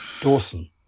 Dawson